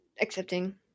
accepting